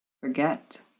forget